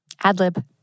Adlib